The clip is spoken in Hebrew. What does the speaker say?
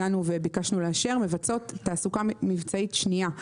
הגענו וביקשנו לאשר תעסוקה מבצעית שנייה.